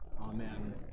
Amen